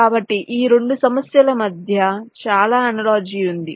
కాబట్టి ఈ 2 సమస్యల మధ్య చాలా అనాలోజి ఉంది